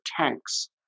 tanks